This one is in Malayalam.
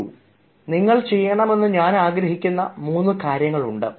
There are three things I want you to do നിങ്ങൾ ചെയ്യണമെന്ന് ഞാൻ ആഗ്രഹിക്കുന്ന മൂന്ന് കാര്യങ്ങളുണ്ട്